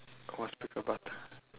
what speaker button